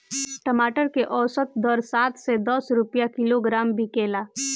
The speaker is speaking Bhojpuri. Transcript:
टमाटर के औसत दर सात से दस रुपया किलोग्राम बिकला?